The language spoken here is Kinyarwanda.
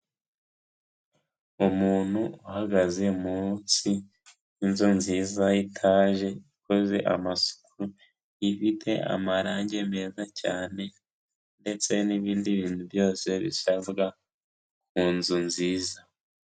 Umuntu uhagaze munsi y'inzu nziza y'itaje ikoze amasuku, ifite amarange meza cyane ndetse n'ibindi bintu byose bisabwa mu nzu nziza.